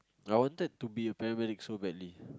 I wanted to be a paramedic so badly